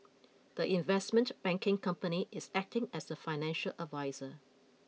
the investment banking company is acting as a financial adviser